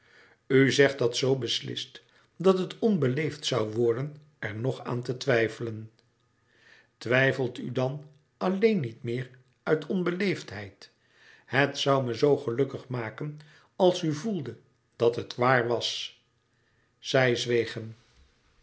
zegt dat zoo beslist dat het onbeleefd zoû worden er nog aan te twijfelen twijfelt u dan alleen niet meer uit onbeleefdheid het zoû me zoo gelukkig maken als u voelde dat het waar was zij zwegen